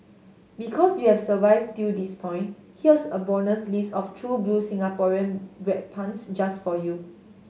because you have survived till this point here's a bonus list of true blue Singaporean bread puns just for you